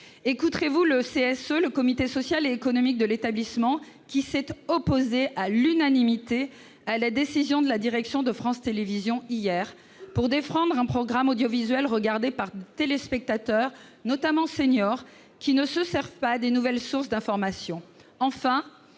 Écouterez-vous le CSE, le comité social et économique, de l'établissement, qui s'est opposé hier à l'unanimité à la décision de la direction de France Télévisions, pour défendre un programme audiovisuel regardé par des téléspectateurs, notamment des seniors, qui ne se servent pas des nouvelles sources d'information